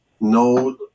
no